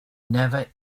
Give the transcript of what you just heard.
never